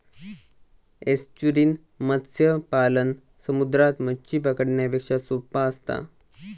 estuarine मत्स्य पालन समुद्रात मच्छी पकडण्यापेक्षा सोप्पा असता